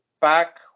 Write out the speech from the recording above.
back